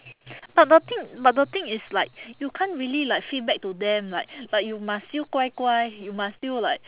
but the thing but the thing it's like you can't really like feedback to them like like you must still 乖乖 you must still like